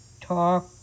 Talk